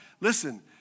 listen